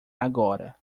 agora